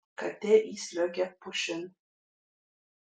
katė įsliuogė pušin